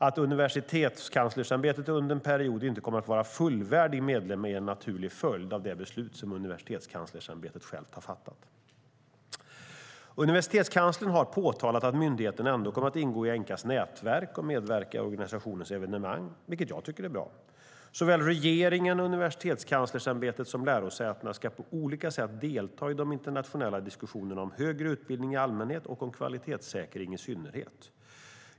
Att Universitetskanslersämbetet under en period inte kommer att vara fullvärdig medlem är en naturlig följd av det beslut som Universitetskanslersämbetet självt har fattat. Universitetskanslern har påtalat att myndigheten ändå kommer att ingå i Enqas nätverk och medverka i organisationens evenemang, vilket jag tycker är bra. Såväl regeringen och Universitetskanslersämbetet som lärosätena ska på olika sätt delta i de internationella diskussionerna om högre utbildning i allmänhet och om kvalitetssäkring i synnerhet.